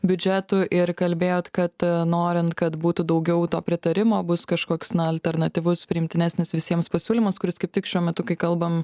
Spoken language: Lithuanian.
biudžetų ir kalbėjot kad norint kad būtų daugiau to pritarimo bus kažkoks na alternatyvus priimtinesnis visiems pasiūlymas kuris kaip tik šiuo metu kai kalbam